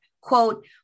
Quote